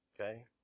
Okay